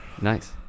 nice